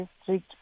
district